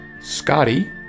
Scotty